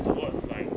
move towards like